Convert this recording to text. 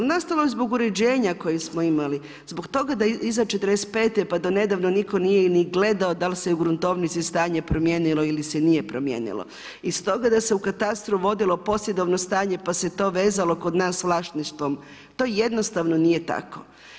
Nastalo je zbog uređenja koje smo imali, zbog toga da iza '45. pa do nedavno nitko nije ni gledao da li se u gruntovnici stanje promijenilo ili se nije promijenilo iz toga da se katastru vodilo posjedovno stanje pa se to vezalo vlasništvom, to jednostavno nije tako.